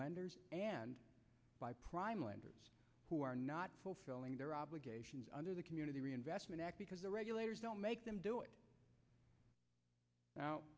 lenders and by prime lenders who are not fulfilling their obligations under the community reinvestment act because the regulators don't make them do it